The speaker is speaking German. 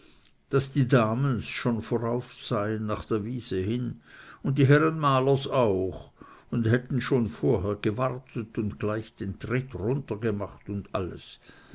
daß die damens schon vorauf seien nach der wiese hin und die herren malers auch und hätten beide schon vorher gewartet und gleich den tritt runter gemacht und alles